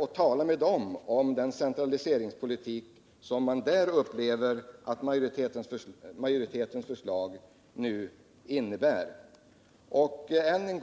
och tala med dem om den centraliseringspolitik som man där upplever att utskottsmajoritetens förslag om odelade kommuner innebär.